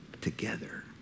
together